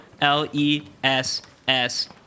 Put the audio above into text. l-e-s-s